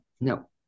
no